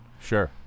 Sure